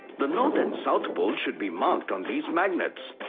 the north and south pole should be marked on these magnets.